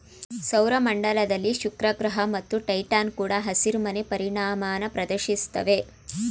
ಸೌರ ಮಂಡಲದಲ್ಲಿ ಶುಕ್ರಗ್ರಹ ಮತ್ತು ಟೈಟಾನ್ ಕೂಡ ಹಸಿರುಮನೆ ಪರಿಣಾಮನ ಪ್ರದರ್ಶಿಸ್ತವೆ